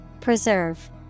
Preserve